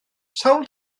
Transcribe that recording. sawl